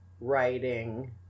writing